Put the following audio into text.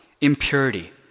impurity